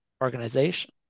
organization